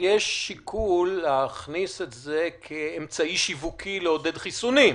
שיש שיקול להכניס את זה כאמצעי שיווקי לעודד חיסונים,